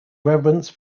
reverence